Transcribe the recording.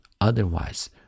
otherwise